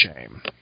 shame